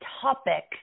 topic